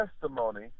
testimony